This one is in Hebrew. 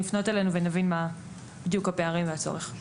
לפנות אלינו ונבין בדיוק את הפערים ואת הצורך.